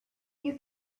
you